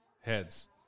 Heads